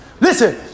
Listen